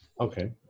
Okay